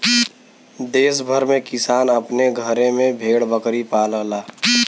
देस भर में किसान अपने घरे में भेड़ बकरी पालला